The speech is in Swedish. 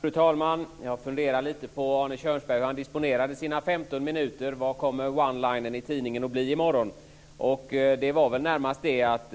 Fru talman! Jag funderade lite, med tanke på hur Arne Kjörnsberg disponerade sina 15 minuter, på vad det kommer att bli för one liner i tidningen i morgon. Det var närmast det att